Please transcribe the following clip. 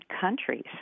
countries